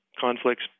conflicts